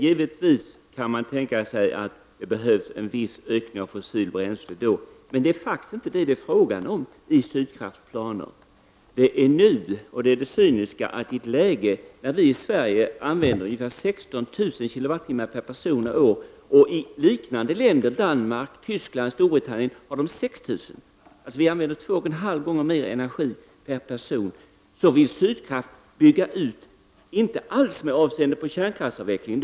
Givetvis kan man tänka sig att det behövs en viss ökning av fossilt bränsle då, men det är faktiskt inte detta det är fråga om i Sydkrafts planer. Det cyniska är att vi i Sverige använder ungefär 16 000 kWh per person och år samtidigt som man i liknande länder, som Danmark, Tyskland och Storbritannien, använder 6 000 kWh. Vi använder två och en halv gånger mer energi per person. I detta läge vill Sydkraft bygga ut, men inte alls med avseende på kärnkraftsavvecklingen.